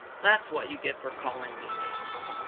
that's what you get for calling me names.